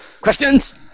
Questions